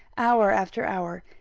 hour after hour,